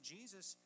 Jesus